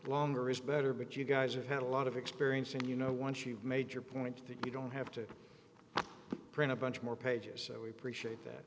longer is better but you guys have had a lot of experience and you know once you've made your point that you don't have to print a bunch more pages so we appreciate that